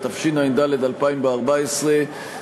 התשע"ד 2014,